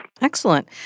Excellent